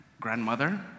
grandmother